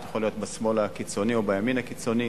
אתה יכול להיות מהשמאל הקיצוני או מהימין הקיצוני,